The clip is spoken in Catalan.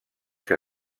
que